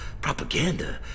propaganda